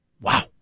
Wow